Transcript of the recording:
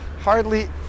hardly